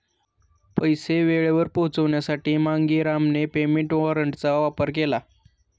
पैसे वेळेवर पोहोचवण्यासाठी मांगेरामने पेमेंट वॉरंटचा वापर केला